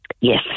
Yes